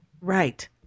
Right